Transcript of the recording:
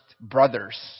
brothers